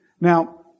Now